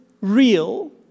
real